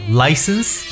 license